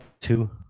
Two